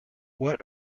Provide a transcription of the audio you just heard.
what